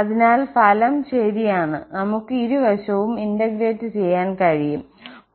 അതിനാൽ ഫലം ശരിയാണ് നമുക്ക് ഇരുവശവും ഇന്റഗ്രേറ്റ് ചെയ്യാൻ കഴിയും